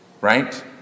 right